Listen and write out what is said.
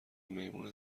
میمون